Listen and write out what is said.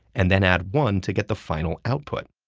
and then add one to get the final output.